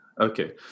Okay